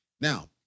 Now